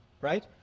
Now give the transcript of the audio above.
Right